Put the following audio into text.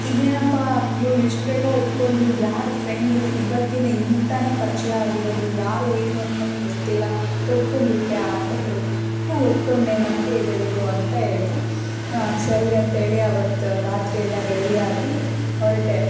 ಇದೇನಪ್ಪಾ ಇವ್ಳು ಇಷ್ಟು ಬೇಗ ಒಪ್ಕೊಂಡ್ಳು ಯಾರು ಫ್ರೆಂಡು ಇವತ್ತಿನ ಈಗ ತಾನೇ ಪರಿಚಯ ಆಗಿರೋದು ಯಾರು ಏನು ಅಂತಾನೇ ಗೊತ್ತಿಲ್ಲ ಒಪ್ಕೊಂಡು ಬಿಟ್ಟೆಯಾ ಅಂತ ಕೇಳಿದ ಹ್ಞೂ ಒಪ್ಪಿಕೊಂಡೆ ನಂಬಿಕೆ ಇದೆ ಬಿಡು ಅಂತ ಹೇಳಿದೆ ಹಾಂ ಸರಿ ಅಂತ ಹೇಳಿ ಆವತ್ತು ರಾತ್ರಿಯೆಲ್ಲ ರೆಡಿ ಆಗಿ ಹೊರಟೆ